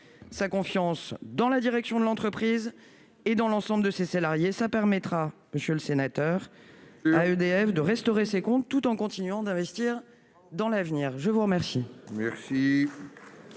sa confiance dans la direction de l'entreprise et dans l'ensemble de ses salariés, ça permettra, monsieur le sénateur à EDF de restaurer ses comptes tout en continuant d'investir dans l'avenir, je vous remercie.